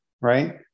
Right